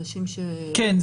כן,